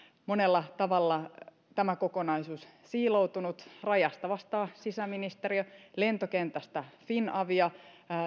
monella tavalla tämä kokonaisuus siiloutunut rajasta vastaa sisäministeriö lentokentästä finavia